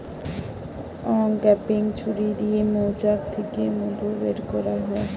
uncapping ছুরি দিয়ে মৌচাক থিকে মধু বের কোরা হয়